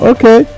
Okay